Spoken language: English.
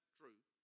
true